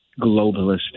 globalist